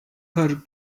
her